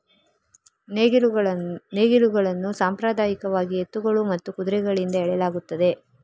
ನೇಗಿಲುಗಳನ್ನು ಸಾಂಪ್ರದಾಯಿಕವಾಗಿ ಎತ್ತುಗಳು ಮತ್ತು ಕುದುರೆಗಳಿಂದ ಎಳೆಯಲಾಗುತ್ತದೆ